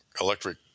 electric